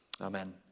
Amen